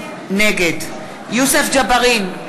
נגד יוסף ג'בארין,